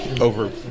over